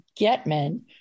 Getman